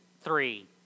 three